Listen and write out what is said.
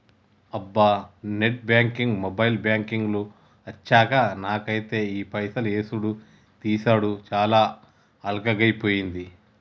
అబ్బా net banking mobile banking లు అచ్చాక నాకైతే ఈ పైసలు యేసుడు తీసాడు చాలా అల్కగైపోయింది